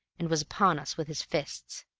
and was upon us with his fists.